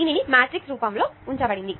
దీనిని మాట్రిక్స్ రూపంలో ఉంచాము